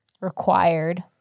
required